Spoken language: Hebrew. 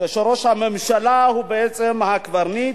כשראש הממשלה הוא בעצם הקברניט,